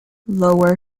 lower